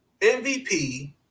MVP